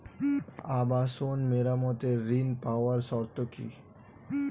আবাসন মেরামতের ঋণ পাওয়ার শর্ত কি?